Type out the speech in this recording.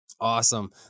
Awesome